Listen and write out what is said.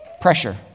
pressure